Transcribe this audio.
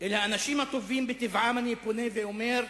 אל האנשים הטובים בטבעם אני פונה ואומר: